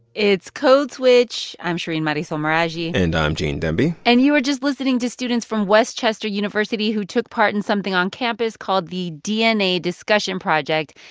it's code switch. i'm shereen marisol marisol meraji and i'm gene demby and you were just listening to students from west chester university who took part in something on campus called the dna discussion project.